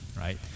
right